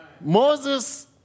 Moses